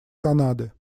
канады